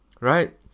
right